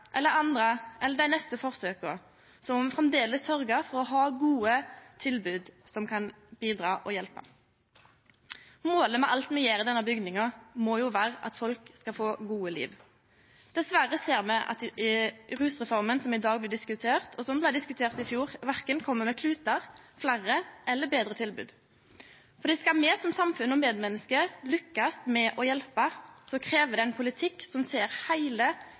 eller andre forsøket eller dei neste forsøka, må me framleis sørgje for å ha gode tilbod som kan bidra og hjelpe. Målet med alt me gjer i denne bygninga, må vere at folk skal få gode liv. Dessverre ser me at rusreforma som i dag blir diskutert, og som blei diskutert i fjor, verken kjem med klutar, fleire eller betre tilbod. Skal me som samfunn og medmenneske lukkast med å hjelpe, krev det ein politikk som ser heile